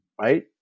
right